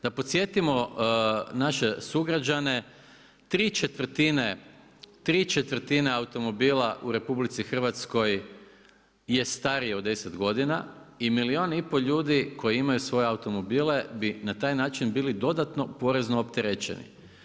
Da podsjetimo naše sugrađane ¾ automobila u Republici Hrvatskoj je starije od 10 godina i milijun i pol ljudi koji imaju svoje automobile bi na taj način bili dodatno porezno opterećeni.